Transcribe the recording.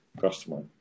customer